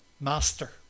master